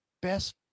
best